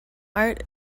art